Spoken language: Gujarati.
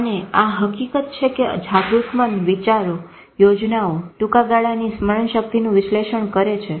અને આ હકીકત છે કે જાગૃત મન વિચારો યોજનાઓ ટુંકા ગાળાની સમરણ શક્તિનું વિશ્લેષણ કરે છે